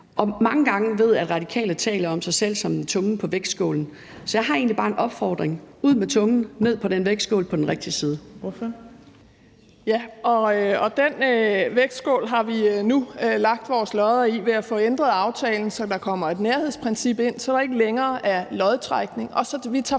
mange gange har talt om sig selv som tungen på vægtskålen, så jeg har egentlig bare en opfordring: Ud med tungen og ned på den vægtskål på den rigtige side.